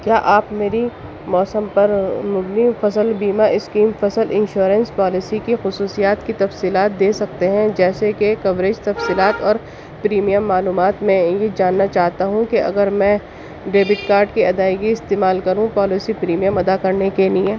کیا آپ میری موسم پر مبنی فصل بیمہ اسکیم فصل انشورنس پالسی کی خصوصیات کی تفصیلات دے سکتے ہیں جیسے کہ کوریج تفصیلات اور پریمیم معلومات میں یہ جاننا چاہتا ہو کہ اگر میں ڈیبٹ کارڈ کی ادائیگی استعمال کروں پالسی پریمیم ادا کرنے کے لیے